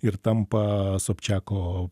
ir tampa sobčiako